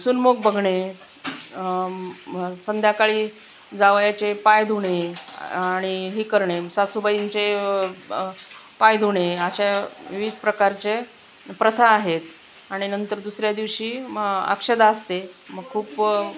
सुनमुख बघणे मग संध्याकाळी जावयाचे पाय धुणे आणि ही करणे सासूबाईंचे पाय धुणे अशा विविध प्रकारचे प्रथा आहेत आणि नंतर दुसऱ्या दिवशी मग अक्षता असते मग खूप